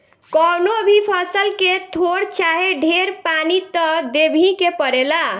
कवनो भी फसल के थोर चाहे ढेर पानी त देबही के पड़ेला